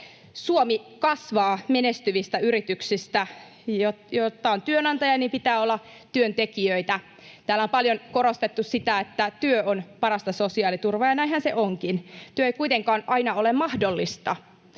Suomi kasvaa menestyvistä yrityksistä, ja jotta on työnantaja, pitää olla työntekijöitä. Täällä on paljon korostettu sitä, että työ on parasta sosiaaliturvaa, ja näinhän se onkin. Työ ei kuitenkaan aina ole mahdollista.